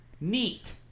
Neat